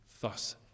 Thus